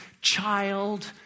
child